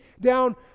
down